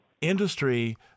Industry